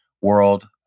world